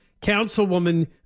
Councilwoman